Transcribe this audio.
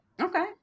Okay